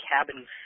Cabin